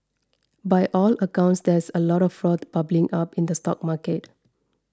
by all accounts there is a lot of froth bubbling up in the stock market